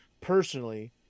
personally